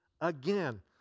again